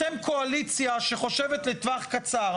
אתם קואליציה שחושבת לטווח קצר,